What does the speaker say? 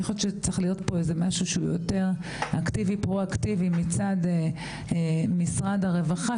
לדעתי צריך להיות פה משהו יותר אקטיבי מצד משרד הרווחה,